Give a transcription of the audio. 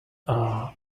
are